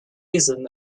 season